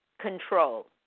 control